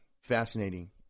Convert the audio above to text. fascinating